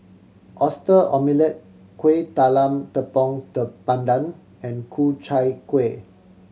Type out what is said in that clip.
Oyster Omelette Kuih Talam tepong pandan and Ku Chai Kueh